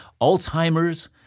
Alzheimer's